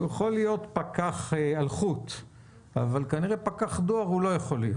הוא יכול להיות פקח אלחוט אבל כנראה פקח דואר הוא לא יכול להיות.